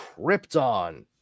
Krypton